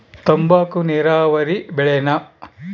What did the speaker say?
ತಂಬಾಕು ನೇರಾವರಿ ಬೆಳೆನಾ?